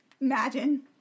imagine